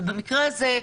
ובמקרה זה,